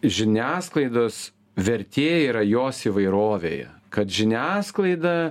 žiniasklaidos vertė yra jos įvairovėje kad žiniasklaida